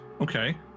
okay